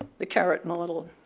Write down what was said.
the carrot model.